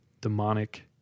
demonic